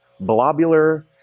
blobular